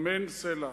אמן סלה".